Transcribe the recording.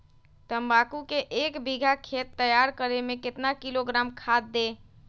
तम्बाकू के एक बीघा खेत तैयार करें मे कितना किलोग्राम खाद दे?